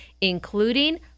including